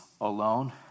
alone